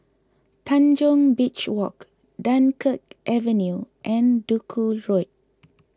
Tanjong Beach Walk Dunkirk Avenue and Duku Road